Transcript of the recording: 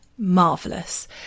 marvelous